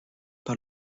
par